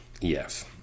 Yes